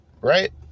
Right